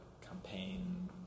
campaign